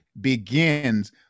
begins